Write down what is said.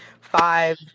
five